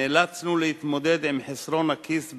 נאלצנו להתמודד עם חסרון הכיס בלבד,